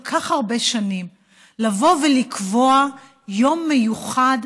כך הרבה שנים לבוא ולקבוע יום מיוחד,